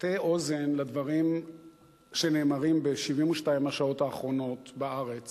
תטה אוזן לדברים שנאמרים ב-72 השעות האחרונות בארץ